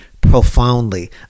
profoundly